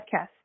podcast